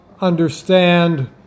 understand